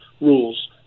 rules